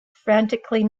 frantically